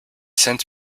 since